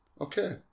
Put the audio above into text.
okay